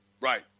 right